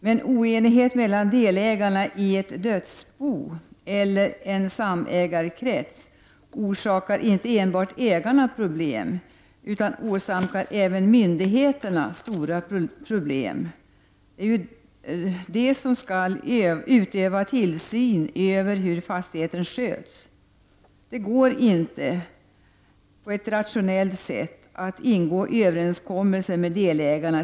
Men oenighet mellan delägarna i ett dödsbo eller en samägarkrets orsakar inte enbart ägarna problem utan åsamkar även myndigheterna stora problem — det är ju de som skall utöva tillsyn över hur fastigheten sköts. Det går t.ex. inte att på ett rationellt sätt ingå överenskommelse med delägarna.